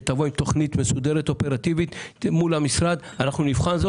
שתבוא עם תוכנית מסודרת אופרטיבית מול המשרד ואנחנו נבחן אותה.